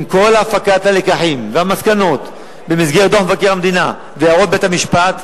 עם כל הפקת הלקחים והמסקנות במסגרת דוח מבקר המדינה והערות בית-המשפט,